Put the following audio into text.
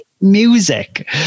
music